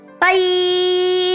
Bye